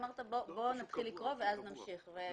אמרת: בואו נתחיל לקרוא ואז נמשיך,